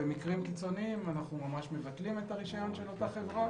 במקרים קיצוניים אנחנו מבטלים את הרישיון של אותה חברה